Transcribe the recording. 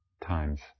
times